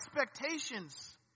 expectations